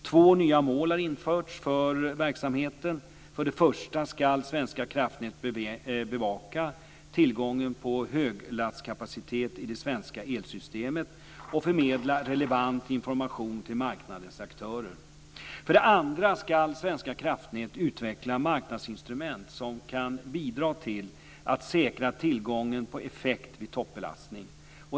Två nya mål har införts för verksamheten. För det första ska Svenska kraftnät bevaka tillgången på höglastkapacitet i det svenska elsystemet och förmedla relevant information till marknadens aktörer. För det andra ska Svenska kraftnät utveckla marknadsinstrument som kan bidra till att säkra tillgången på effekt vid toppbelastning.